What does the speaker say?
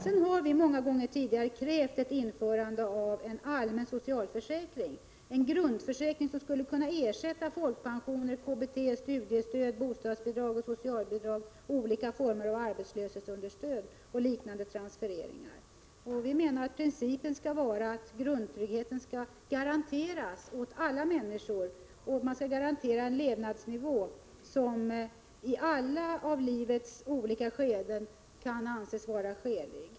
Vpk har många gånger tidigare krävt ett införande av en allmän socialförsäkring, en grundförsäkring som skulle kunna ersätta folkpensioner, KBT, studiestöd, bostadsoch socialbidrag och olika former av arbetslöshetsunderstöd och liknande transfereringar. Principen skall vara att grundtryggheten garanteras för alla människor. Alla skall garanteras en levnadsnivå som i alla av livets olika skeden kan anses vara skälig.